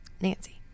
Nancy